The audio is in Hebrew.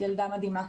ילדה מדהימה.